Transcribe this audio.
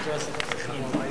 כן.) תפאדל.